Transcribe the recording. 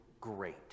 great